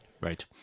Right